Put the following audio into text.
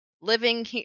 living